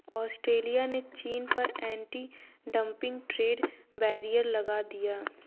Australia ने चीन पर एंटी डंपिंग ट्रेड बैरियर लगा दिया